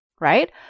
right